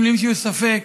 אם למישהו יש ספק: